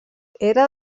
era